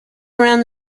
around